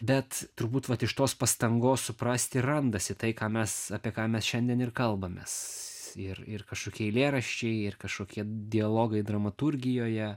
bet turbūt vat iš tos pastangos suprasti ir randasi tai ką mes apie ką mes šiandien ir kalbamės ir ir kažkokie eilėraščiai ir kažkokie dialogai dramaturgijoje